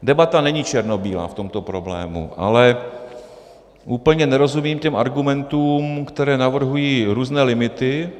Debata není černobílá v tomto problému, ale úplně nerozumím těm argumentům, které navrhují různé limity.